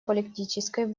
политической